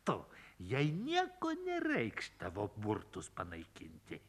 tu jai nieko nereikš tavo burtus panaikinti